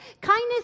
Kindness